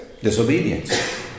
disobedience